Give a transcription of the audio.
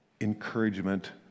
encouragement